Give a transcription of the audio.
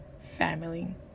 family